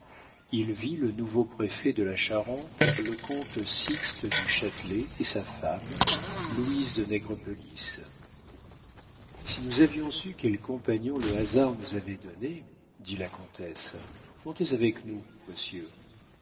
il vit le nouveau préfet de la charente le comte sixte du châtelet et sa femme louise de nègrepelisse si nous avions su quel compagnon le hasard nous avait donné dit la comtesse montez avec nous monsieur